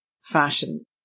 fashion